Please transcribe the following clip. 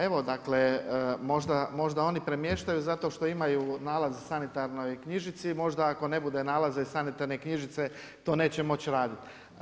Evo dakle, možda oni premještaju zato što imaju nalaz u sanitarnoj knjižici, možda ako ne bude nalaza iz sanitarne knjižice to neće moći raditi.